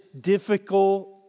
difficult